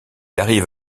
arrive